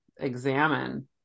examine